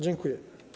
Dziękuję.